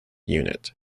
unit